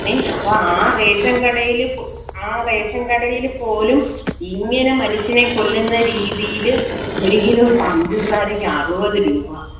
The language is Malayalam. ഏ അപ്പോൾ ആ റേഷൻ കടയിൽ ആ റേഷൻ കടയിൽ പോലും ഇങ്ങനെ മനുഷ്യനെ കൊല്ലുന്ന രീതിയിൽ ഒരു കിലോ പഞ്ചസാരക്ക് അറുപത് രൂപ